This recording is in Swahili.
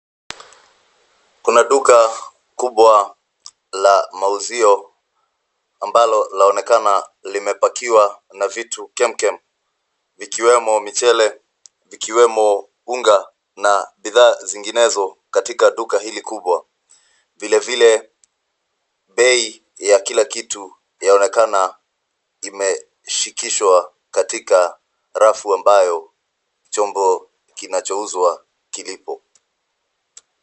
Kuna duka kubwa la mauzio, ambalo linaonekana limepakiwa na vitu kemkem, ikiwemo michele, ikiwemo unga na bidhaa zinginezo katika duka hili kubwa. Vilevile bei ya kila kitu yaonekana imeshikishwa katika rafu ambayo chombo kinachouzwa kilipo.